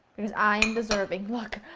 because i'm deserving. look!